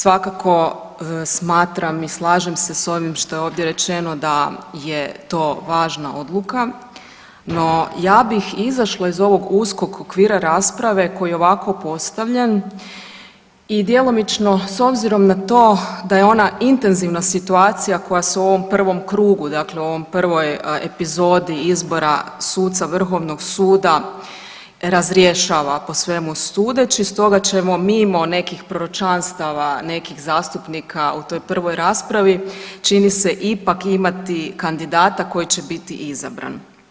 Svakako smatram i slažem se s ovim što je ovdje rečeno da je to važna odluka, no ja bih izašla iz ovog uskog okvira rasprave koji je ovako postavljen i djelomično s obzirom na to da je ona intenzivna situacija koja se u ovom prvom krugu dakle u ovoj prvoj epizodi izbora suca vrhovnog suda razrješava po svemu sudeći, stoga ćemo mimo nekih proročanstava nekih zastupnika u toj prvoj raspravi čini se ipak imati kandidata koji će biti izabran.